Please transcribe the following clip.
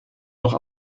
noch